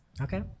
Okay